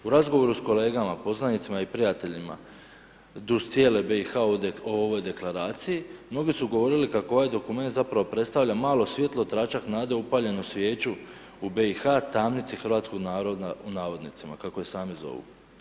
U razgovoru s kolegama, poznanicima i prijateljima duž cijele BiH o ovoj Deklaraciji, mnogi su govorili kako ovaj dokument zapravo predstavlja malo svijetlo, tračak nade, upaljenu svijeću u BiH, tamnici hrvatskog naroda u navodnicima, kako je sami zovu.